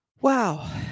Wow